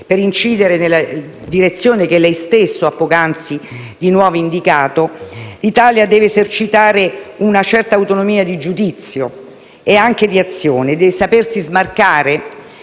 per incidere nella direzione che lei stesso ha poc'anzi di nuovo indicato, l'Italia deve esercitare una certa autonomia di giudizio e anche di azione e deve sapersi smarcare,